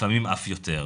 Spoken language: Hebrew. לפעמים אף יותר.